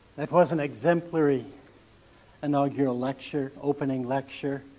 that was an exemplary inaugural lecture, opening lecture.